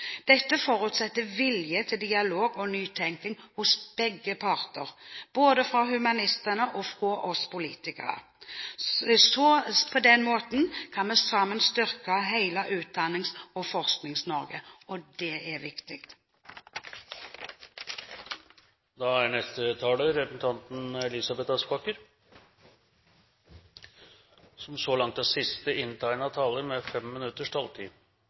Dette forutsetter vilje til dialog og nytenkning hos begge parter – både fra humanistene og fra oss politikere. På den måten kan vi sammen styrke hele Utdannings- og Forsknings-Norge – og det er viktig. Representanten Trine Skei Grande peker på en sentral utfordring knyttet til humanistiske fag, og som